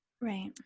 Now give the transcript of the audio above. Right